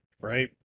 right